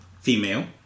Female